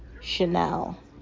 chanel